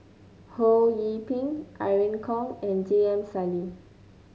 Ho Yee Ping Irene Khong and J M Sali